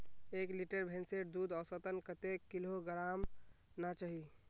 एक लीटर भैंसेर दूध औसतन कतेक किलोग्होराम ना चही?